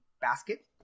basket